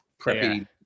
preppy